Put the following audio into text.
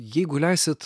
jeigu leisit